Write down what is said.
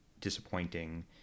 disappointing